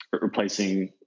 replacing